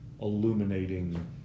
illuminating